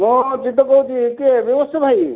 ମୁଁ ଅଚ୍ୟୁତ କହୁଚି କିଏ ବିଭତ୍ସ ଭାଇ